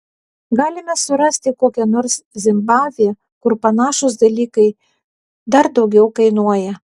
galime surasti kokią nors zimbabvę kur panašūs dalykai dar daugiau kainuoja